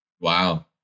Wow